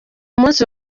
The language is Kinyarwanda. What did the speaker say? munsi